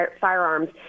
firearms